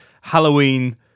Halloween